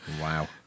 Wow